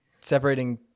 separating